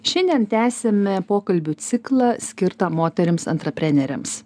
šiandien tęsiame pokalbių ciklą skirtą moterims antraprenerėms